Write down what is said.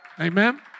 Amen